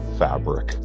fabric